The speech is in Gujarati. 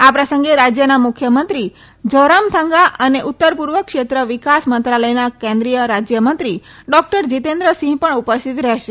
આ પ્રસંગે રાજયના મુખ્યમંત્રી ઝોરામથંગા અને ઉત્તર પુર્વ ક્ષેત્ર વિકાસ મંત્રાલયના કેન્દ્રીય રાજયમંત્રી ડોકટર જીતેન્દ્ર સિંહ પણ ઉપસ્થિત રહેશે